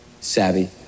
Savvy